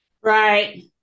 Right